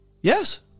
yes